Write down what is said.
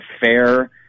fair